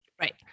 Right